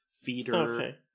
Feeder